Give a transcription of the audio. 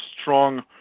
strong